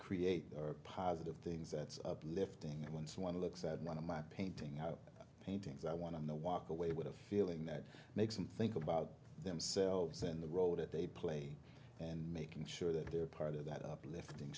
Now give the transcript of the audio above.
create are positive things that's uplifting and once one looks at one of my paintings paintings i want to know walk away with a feeling that makes them think about themselves and the role that they play and making sure that they're part of that uplifting